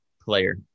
player